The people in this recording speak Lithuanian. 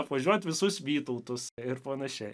apvažiuoti visus vytautus ir panašiai